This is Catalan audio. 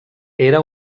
era